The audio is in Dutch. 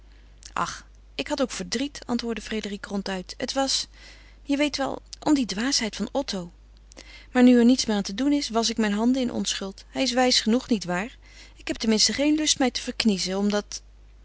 ach ik had ook verdriet antwoordde frédérique ronduit het was je weet wel om die dwaasheid van otto maar nu er niets meer aan te doen is wasch ik mijn handen in onschuld hij is wijs genoeg nietwaar ik heb ten minste geen lust mij te verkniezen omdat